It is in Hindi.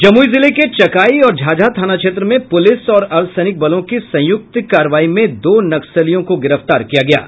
जमुई जिले के चकाई और झाझा थाना क्षेत्र में पुलिस और अर्धसैनिक बलों की संयुक्त कार्रवाई में दो नक्सलियों को गिरफ्तार किया है